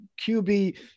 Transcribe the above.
qb